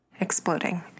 Exploding